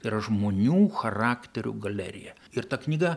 tai yra žmonių charakterių galerija ir ta knyga